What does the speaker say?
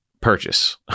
purchase